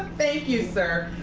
you, sir.